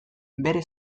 bere